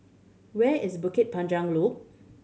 where is Bukit Panjang Loop